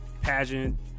pageant